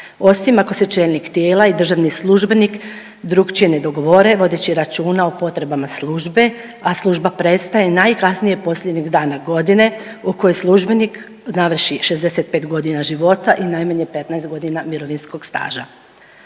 osim ako se čelnik tijela i državni službenik drukčije ne dogovore vodeći računa o potrebama službe, a služba prestaje najkasnije posljednjeg dana godine u kojoj službenik navrši 65 godina života i najmanje 15 godina mirovinskog staža.